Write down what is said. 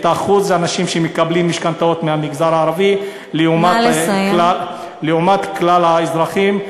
את אחוז האנשים שמקבלים משכנתאות במגזר הערבי לעומת כלל האזרחים.